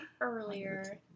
earlier